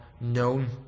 known